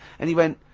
and he went,